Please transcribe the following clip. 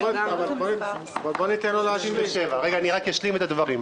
רק אשלים את הדברים.